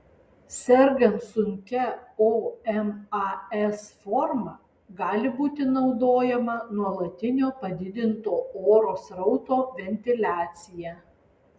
sergant sunkia omas forma gali būti naudojama nuolatinio padidinto oro srauto ventiliacija